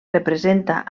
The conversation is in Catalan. representa